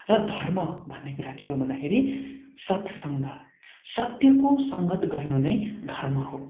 र धर्म भन्ने कुरा के हो भन्दाखेरि सत्सङ्ग सत्यको सङ्गत गर्नु नै धर्म हो